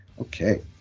okay